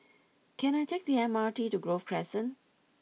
can I take the M R T to Grove Crescent